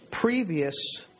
previous